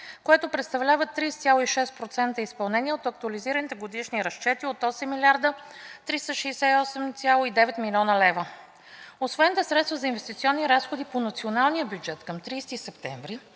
което представлява 30,6% изпълнение от актуализираните годишни разчети от 8 млрд. 368,9 млн. лв. Освен за средства за инвестиционни разходи по националния бюджет към 30 септември